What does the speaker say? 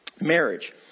marriage